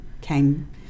came